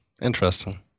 interesting